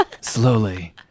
Slowly